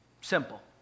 Simple